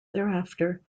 thereafter